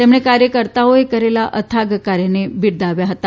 તેમણે કાર્યકર્તાઓએ કરેલા અથાગ કાર્યને બિરદાવી હતી